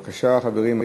בבקשה, חברים.